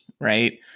right